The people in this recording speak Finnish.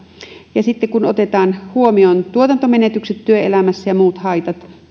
sitten kun otetaan huomioon tuotantomenetykset työelämässä ja muut haitat